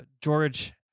George